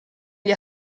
gli